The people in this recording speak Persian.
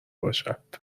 باشد